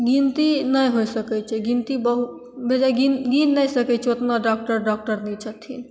गिनती नहि होइ सकय छै गिनती बहुत भेलय गिन नहि सकय छै उतना डॉक्टर डॉक्टरनी छथिन